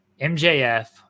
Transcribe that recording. MJF